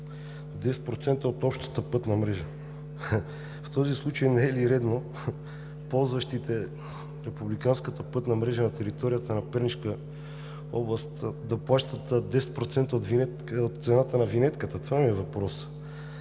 10% от общата пътна мрежа. В този случай не е ли редно ползващите републиканската пътна мрежа на територията на Пернишка област да плащат 10% от цената на винетката? Това ми е въпросът.